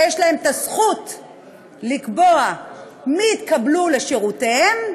ויש להם זכות לקבוע מי יתקבלו לשורותיהם,